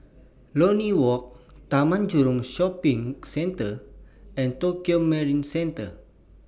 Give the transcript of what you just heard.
Lornie Walk Taman Jurong Shopping Centre and Tokio Marine Centre